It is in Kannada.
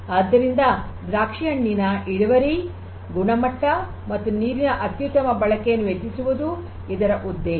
ಆದ್ದರಿಂದ ದ್ರಾಕ್ಷಿಹಣ್ಣಿನ ಇಳುವರಿ ಗುಣಮಟ್ಟ ಮತ್ತು ನೀರಿನ ಅತ್ಯುತ್ತಮ ಬಳಕೆಯನ್ನು ಹೆಚ್ಚಿಸುವುದು ಇದರ ಉದ್ದೇಶ